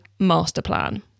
masterplan